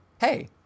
hey